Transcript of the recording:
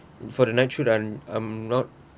for the night shoot I'm I'm not